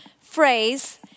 phrase